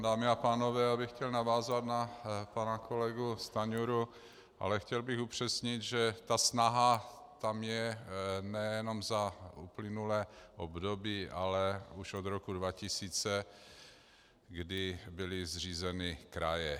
Dámy a pánové, já bych chtěl navázat na pana kolegu Stanjuru, ale chtěl bych upřesnit, že snaha tam je nejenom za uplynulé období, ale už od roku 2000, kdy byly zřízeny kraje.